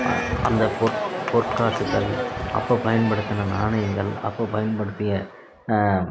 அந்த பொற்காசுக்கள் அப்போ பயன்படுத்தின நாணயங்கள் அப்போ பயன்படுத்திய